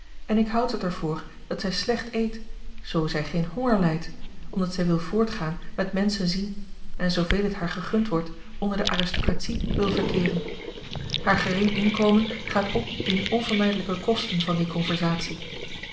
en ik houd het er voor dat zij slecht eet zoo zij geen honger lijdt omdat zij wil voortgaan met menschen zien en zooveel het haar gegund wordt onder de aristocratie wil verkeeren haar gering inkomen gaat op in de onvermijdelijke kosten van die conversatie